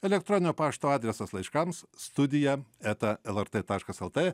elektroninio pašto adresas laiškams studija eta lrt taškas lt